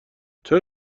چرا